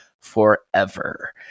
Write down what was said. forever